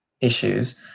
issues